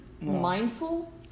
mindful